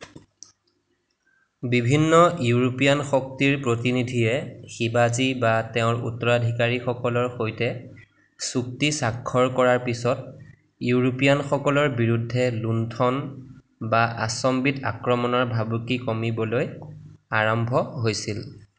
বিভিন্ন ইউৰোপীয়ান শক্তিৰ প্ৰতিনিধিয়ে শিৱাজী বা তেওঁৰ উত্তৰাধিকাৰীসকলৰ সৈতে চুক্তি স্বাক্ষৰ কৰাৰ পিছত ইউৰোপীয়ানসকলৰ বিৰুদ্ধে লুণ্ঠন বা আচম্বিত আক্ৰমণৰ ভাবুকি কমিবলৈ আৰম্ভ হৈছিল